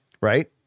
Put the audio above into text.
Right